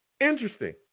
Interesting